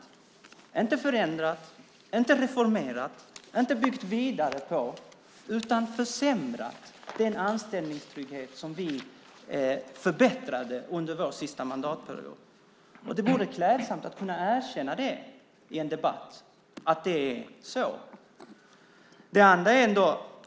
Regeringen har inte förändrat, inte reformerat, inte byggt vidare på, utan försämrat den anställningstrygghet som vi förbättrade under den senaste mandatperioden. Det vore klädsamt att i debatten erkänna att det är så.